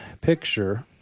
picture